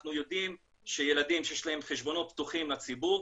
אנחנו יודעים שילדים שיש להם חשבונות פתוחים לציבור,